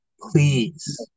please